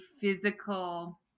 physical